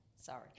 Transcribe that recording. Sorry